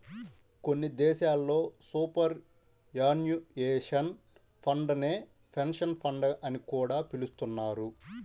కొన్ని దేశాల్లో superannuation fund నే పెన్షన్ ఫండ్ అని కూడా పిలుస్తున్నారు